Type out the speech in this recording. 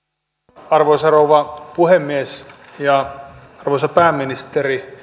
arvoisa rouva puhemies arvoisa pääministeri